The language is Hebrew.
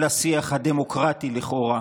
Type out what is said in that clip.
כל השיח הדמוקרטי לכאורה,